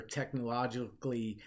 technologically